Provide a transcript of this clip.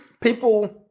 people